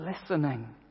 listening